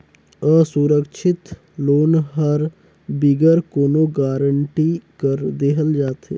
असुरक्छित लोन हर बिगर कोनो गरंटी कर देहल जाथे